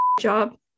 job